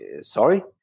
sorry